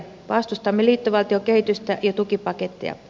vastustamme liittovaltiokehitystä ja tukipaketteja